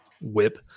whip